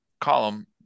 Column